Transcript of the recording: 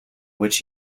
which